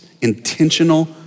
intentional